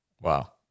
Wow